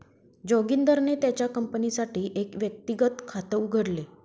जोगिंदरने त्याच्या कंपनीसाठी एक व्यक्तिगत खात उघडले